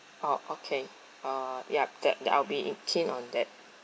oh okay uh yup that that I'll be in keen on that